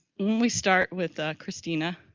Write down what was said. me start with ah christina.